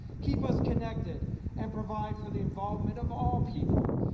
keep us connected and provide for the involvement of all people.